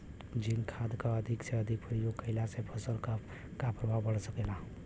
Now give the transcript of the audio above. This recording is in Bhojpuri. जिंक खाद क अधिक से अधिक प्रयोग कइला से फसल पर का प्रभाव पड़ सकेला?